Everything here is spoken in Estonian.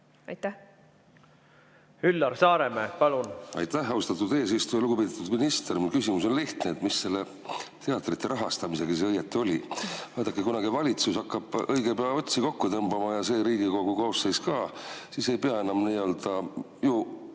palun! Üllar Saaremäe, palun! Aitäh, austatud eesistuja! Lugupeetud minister! Mu küsimus on lihtne. Mis selle teatrite rahastamisega siis õieti oli? Vaadake, kuna teie valitsus hakkab õige pea otsi kokku tõmbama ja see Riigikogu koosseis ka, siis ei pea enam ju midagi